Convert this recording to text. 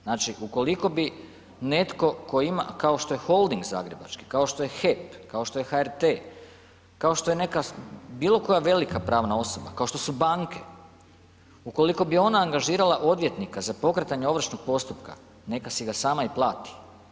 Znači, ukoliko bi netko tko ima, kao što je holding zagrebački, kao što je HEP, kao što je HRT, kao što je neka, bilo koja velika pravna osoba, kao što su banke, ukoliko bi ona angažirala odvjetnika za pokretanje ovršnog postupka, neka si ga sama i plati.